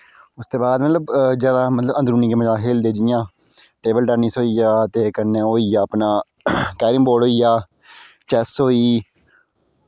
उसदे बाद मतलव जादा मजलव अंदरूनी गेमा खेलदे जि'यां टेवल टैनिस होइया ते ओह् होइया अपना कैरम बोर्ड़ होइया चैस्स होई